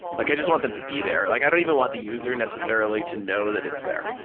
like i just want them to be there. like i don't even want the user necessarily to know that it's there.